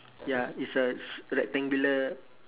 ya is a s~ rectangular